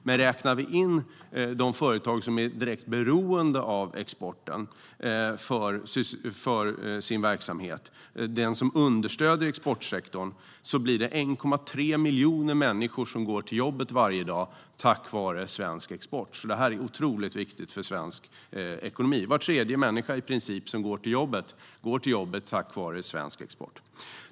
Men om vi räknar in de företag som är direkt beroende av exporten för sin verksamhet och som understöder exportsektorn blir det 1,3 miljoner människor som går till jobbet varje dag tack vare svensk export. Detta är alltså otroligt viktigt för svensk ekonomi. I princip var tredje människa som går till jobbet gör det tack vare svensk export.